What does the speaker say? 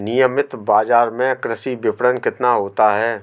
नियमित बाज़ार में कृषि विपणन कितना होता है?